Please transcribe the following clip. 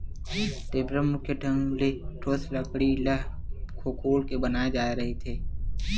टेपरा मुख्य ढंग ले ठोस लकड़ी ल खोखोल के बनाय जाय रहिथे